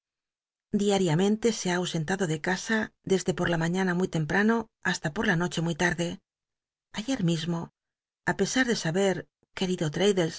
diariamente se ha ausentado de casa desde por la mañana muy temprano hasta por la noche muy larde ayer mismo á pesar de saber querido